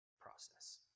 process